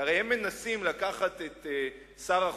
כי הרי הם מנסים לקחת את שר החוץ,